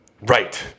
Right